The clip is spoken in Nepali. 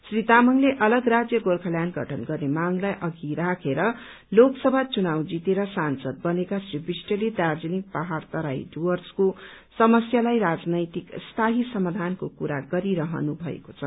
श्री तामाङले अलग राज्य गोर्खाल्याण्ड गठन गर्ने मागलाई अघि राखेर लोक सभा चुनाव जितेर सांसद बनेका श्री विष्टले दार्जीलिङ पहाड़ तराई डुवर्सको समस्यालाई राजनैतिक स्थायी समाधानको कुरा गरिरहनु भएको छ